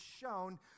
shown